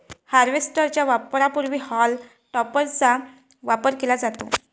harvester च्या वापरापूर्वी हॉल टॉपरचा वापर केला जातो